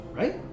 right